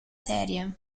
serie